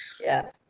Yes